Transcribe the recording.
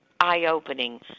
eye-opening